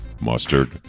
mustard